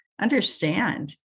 understand